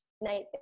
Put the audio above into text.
night